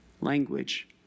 language